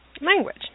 language